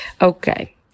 Okay